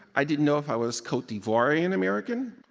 i didn't know if i was cote d'ivoirean-american,